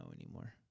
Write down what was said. anymore